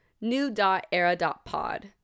new.era.pod